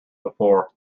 before